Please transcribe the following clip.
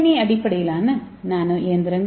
ஏ அடிப்படையிலான நானோ இயந்திரங்கள்